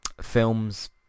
Films